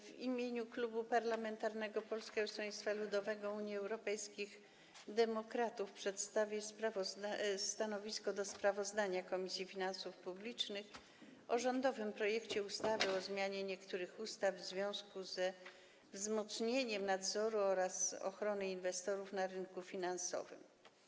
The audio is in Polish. W imieniu Klubu Poselskiego Polskiego Stronnictwa Ludowego - Unii Europejskich Demokratów przedstawię stanowisko wobec sprawozdania Komisji Finansów Publicznych o rządowym projekcie ustawy o zmianie niektórych ustaw w związku ze wzmocnieniem nadzoru oraz ochrony inwestorów na rynku finansowym.